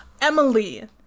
emily